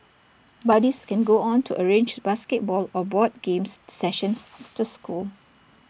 buddies can go on to arrange basketball or board games sessions after school